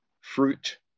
fruit